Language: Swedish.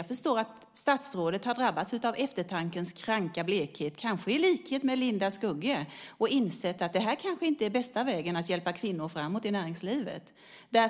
Jag förstår att statsrådet har drabbats av eftertankens kranka blekhet, kanske i likhet med Linda Skugge, och insett att detta kanske inte är bästa vägen att hjälpa kvinnor framåt i näringslivet,